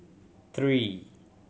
three